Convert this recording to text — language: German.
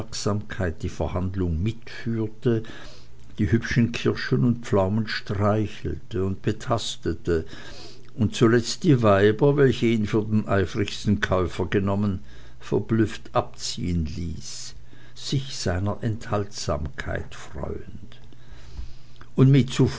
die verhandlung mit führte die hübschen kirschen und pflaumen streichelte und betastete und zuletzt die weiber welche ihn für den eifrigsten käufer genommen verblüfft abziehen ließ sich seinen enthaltsamkeit freuend und mit